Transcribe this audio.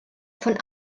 von